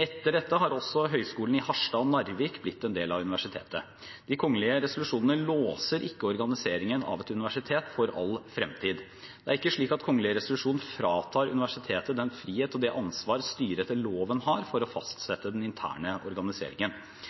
Etter dette har også høyskolene i Harstad og Narvik blitt en del av universitetet. De kongelige resolusjonene låser ikke organiseringen av et universitet for all fremtid. Det er ikke slik at kongelig resolusjon fratar universitetet den frihet og det ansvar styret etter loven har for å